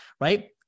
right